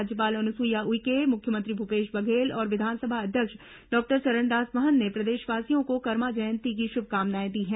राज्यपाल अनुसुईया उइके मुख्यमंत्री भूपेश बघेल और विधानसभा अध्यक्ष डॉक्टर चरणदास महंत ने प्रदेशवासियों को कर्मा जयंती की शुभकामनाएं दी हैं